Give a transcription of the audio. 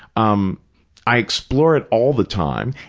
um i explore it all the time,